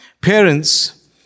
Parents